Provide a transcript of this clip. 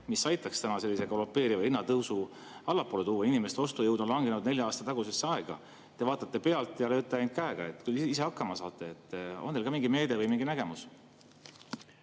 mis aitaks täna sellise galopeeriva hinnatõusu allapoole tuua? Inimeste ostujõud on langenud nelja aasta tagusesse aega. Te vaatate pealt ja lööte ainult käega, et küll ise hakkama saate. On teil ka mingi meede või nägemus?